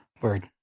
Word